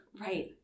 Right